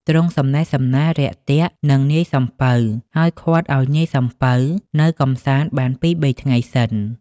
ទ្រង់ សំណេះសំណាលរាក់ទាក់នឹងនាយសំពៅ ហើយឃាត់ឲ្យនាយសំពៅនៅកម្សាន្តបានពីរ បីថ្ងៃសិន ។